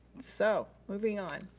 so, moving on.